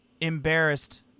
embarrassed